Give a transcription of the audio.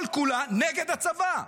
-- כל-כולה נגד הצבא.